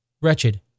wretched